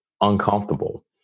uncomfortable